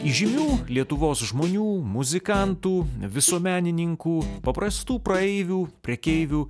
įžymių lietuvos žmonių muzikantų visuomenininkų paprastų praeivių prekeivių